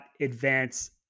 advance